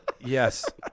Yes